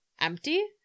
empty